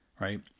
right